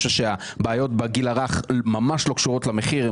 חושב שהבעיות בגיל הרך ממש לא קשורות למחיר,